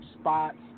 spots